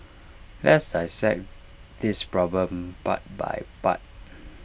let's dissect this problem part by part